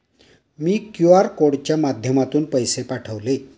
मी QR कोडच्या माध्यमातून पैसे पाठवले